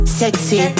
sexy